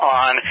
on